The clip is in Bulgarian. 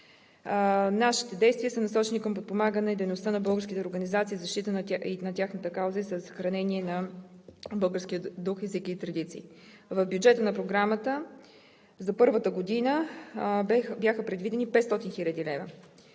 Нашите действия са насочени към подпомагане дейността на българските организации в защита и на тяхната кауза, и за съхранение на българския дух, език и традиции. В бюджета на Програмата за първата година бяха предвидени 500 хил. лв.